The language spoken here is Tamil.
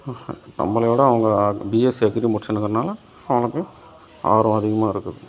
நம்மளை விட அவங்க பிஎஸ்சி அக்ரி முடிச்சுன்ருக்குறதுனால அவங்களுக்கு ஆர்வம் அதிகமாக இருக்குது